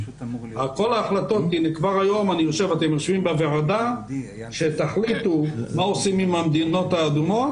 כבר היום לאחר שתחליטו בוועדה מה עושים עם המדינות האדומות,